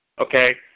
Okay